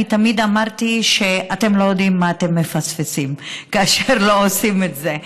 אני תמיד אמרתי שאתם לא יודעים מה אתם מפספסים כאשר לא אתם עושים את זה.